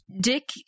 Dick